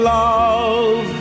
love